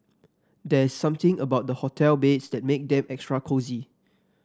there is something about hotel beds that make them extra cosy